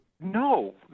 No